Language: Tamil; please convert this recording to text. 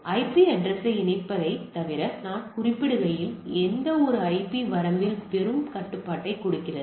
ஐபி அட்ரஸ்யை இணைப்பதைத் தவிர நான் குறிப்பிடுகையில் இது எந்த ஐபி வரம்பில் பெரும் கட்டுப்பாட்டைக் கொடுக்கிறது